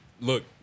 look